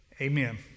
amen